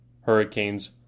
Hurricanes